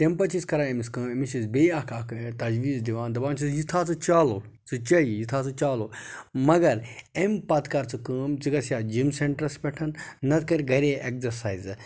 تمہِ پَتہٕ چھِ أسۍ کَران أمِس کٲم أمِس چھِ أسۍ بیٚیہِ اَکھ اَکھ تَجویٖز دوان دَپان چھِس یہِ تھاو ژٕ چالوٗ ژٕ چےٚ یہِ یہِ تھاو ژٕ چالوٗ مگر امہِ پَتہٕ کَر ژٕ کٲم ژٕ گژھِ یا جِم سٮ۪نٹرَس پٮ۪ٹھ نَتہٕ کَر گَرے ایٚگزَرسایزٕ